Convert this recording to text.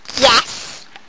Yes